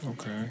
Okay